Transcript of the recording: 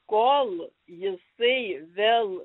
kol jisai vėl